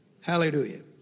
Hallelujah